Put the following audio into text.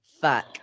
Fuck